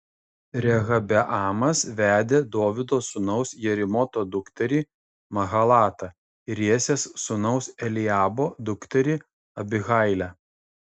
rehabeamas vedė dovydo sūnaus jerimoto dukterį mahalatą ir jesės sūnaus eliabo dukterį abihailę